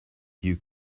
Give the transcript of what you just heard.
you